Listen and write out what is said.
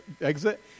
exit